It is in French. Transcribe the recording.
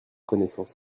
connaissance